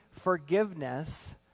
forgiveness